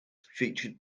featured